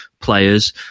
players